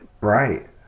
Right